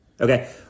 Okay